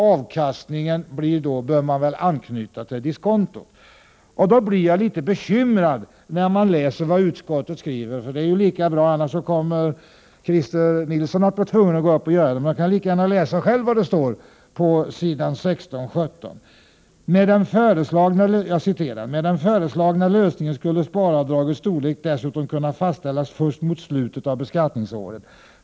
Avkastningen bör man väl då anknyta till diskontot. Jag blir litet bekymrad när jag läser vad utskottet skriver — det är väl lika bra att jag själv läser upp vad det står på s. 16 och 17, för annars kommer Christer Nilsson att bli tvungen att gå upp och göra det: ”Med den föreslagna lösningen skulle sparavdragets storlek dessutom kunna fastställas först mot slutet av beskattningsåret.